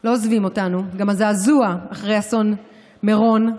לא עוזבים אותנו, גם הזעזוע אחרי אסון מרון,